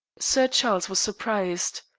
sir charles was surprised.